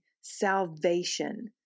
salvation